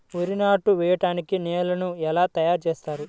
వరి నాట్లు వేయటానికి నేలను ఎలా తయారు చేస్తారు?